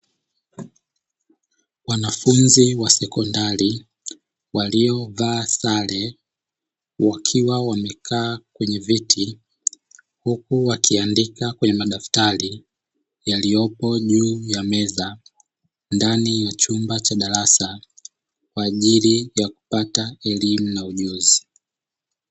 Wanafunzi wa sekondari waliovaa sare wakiwa wamekaa kwenye viti huku wakiandika kwenye madaftari yaliyopo juu ya meza ndani ya chumba cha darasa kwa ajili ya kupata elimu na ujuzi.